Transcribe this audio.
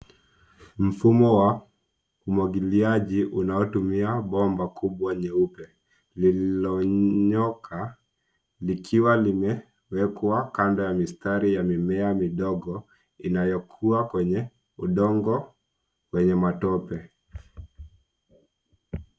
Mfumo wa umwagiliaji unaotumia bomba kubwa nyeupe lililonyooka likiwa limewekwa kando ya mistari ya mimea midogo inayokua kwenye udongo wenye matope.